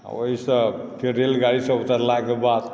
ओहिसँ फेर रेलगाड़ीसँ उतरलाक बाद